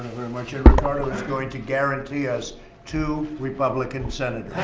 much. and ricardo is going to guarantee us two republican senators.